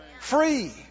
Free